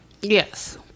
Yes